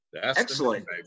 Excellent